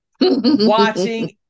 watching